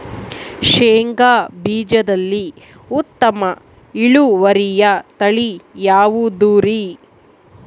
ಶೇಂಗಾ ಬೇಜದಲ್ಲಿ ಉತ್ತಮ ಇಳುವರಿಯ ತಳಿ ಯಾವುದುರಿ?